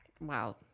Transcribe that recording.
Wow